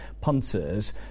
punters